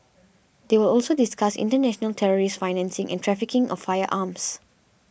they will also discuss international terrorist financing and trafficking of firearms